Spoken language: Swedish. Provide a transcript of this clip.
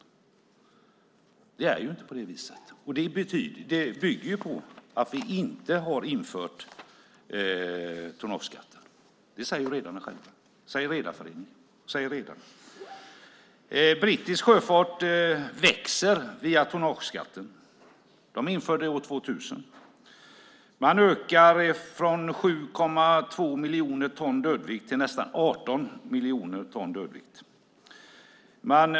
Det är inte på det viset. Det beror på att vi inte har infört tonnageskatten. Det säger redarna själva. Det säger redarföreningen. Brittisk sjöfart växer via tonnageskatten. De införde den år 2000. Man ökar från 7,2 miljoner ton dödvikt till nästan 18 miljoner ton.